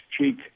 cheek